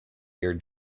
your